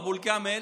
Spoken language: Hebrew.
אבו כאמל,